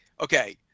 Okay